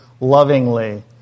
lovingly